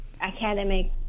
academic